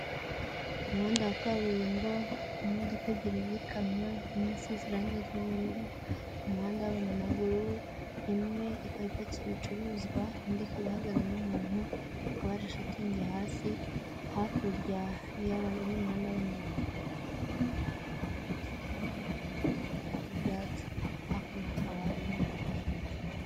Umuhanda wa kaburimbo, imodoka ebyiri z'ikamyo, imwe isize irangi ry'ubururu, umuhanda w'abanyamaguru, imwe ikaba ipakiye ibicuruzwa, indi ikaba ihagazemo umuntu, hakaba hari shitingi hasi, hakurya y'umuhanda w'abanyamaguru, hakaba hari ubusitani bw'ibiti ndetse n'ibyatsi, hakuno hakaba hari inyubako nyinshi.